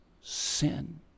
sin